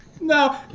No